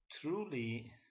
Truly